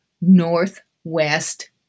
Northwest